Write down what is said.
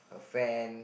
fan